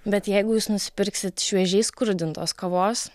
bet jeigu jūs nusipirksit šviežiai skrudintos kavos